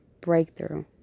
breakthrough